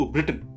Britain